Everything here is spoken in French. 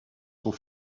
sont